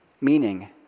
meaning